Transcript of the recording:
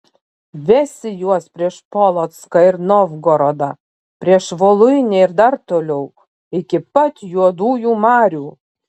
vesi juos prieš polocką ir novgorodą prieš voluinę ir dar toliau iki pat juodųjų marių